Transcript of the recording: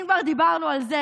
אם כבר דיברנו על זה,